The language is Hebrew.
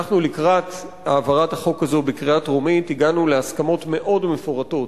אנחנו לקראת העברת החוק הזה בקריאה טרומית הגענו להסכמות מאוד מפורטות